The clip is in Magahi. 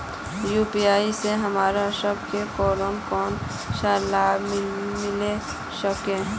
यु.पी.आई से हमरा सब के कोन कोन सा लाभ मिलबे सके है?